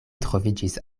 troviĝis